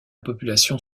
population